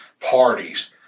Parties